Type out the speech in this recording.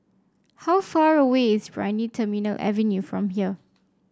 how far away is Brani Terminal Avenue from here